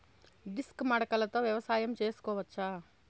Disc మడకలతో వ్యవసాయం చేసుకోవచ్చా??